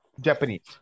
Japanese